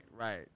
right